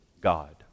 God